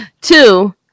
Two